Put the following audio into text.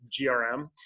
GRM